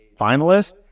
finalist